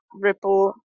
ripple